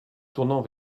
tournant